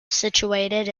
situated